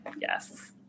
Yes